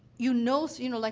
you know so you know, like,